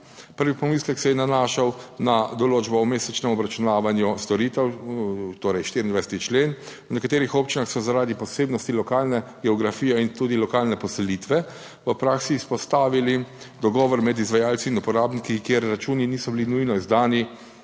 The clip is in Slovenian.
Prvi pomislek se je nanašal na določbo o mesečnem obračunavanju storitev, torej 24. člen. V nekaterih občinah so zaradi posebnosti lokalne geografije in tudi lokalne poselitve v praksi izpostavili dogovor med izvajalci in uporabniki, kjer računi niso bili nujno izdani